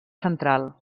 central